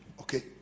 okay